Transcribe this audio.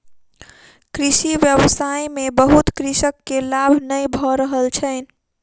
कृषि व्यवसाय में बहुत कृषक के लाभ नै भ रहल छैन